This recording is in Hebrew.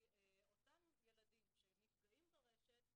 כי אותם ילדים שנפגעים ברשת,